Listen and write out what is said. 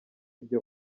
ibyo